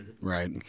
right